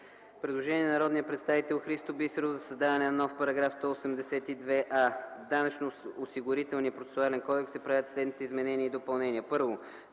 Предложение на народния представител Христо Бисеров за създаване на нов § 182а: „В Данъчно-осигурителния процесуален кодекс се правят следните изменения и допълнения: